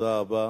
תודה רבה.